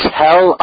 tell